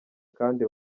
kandi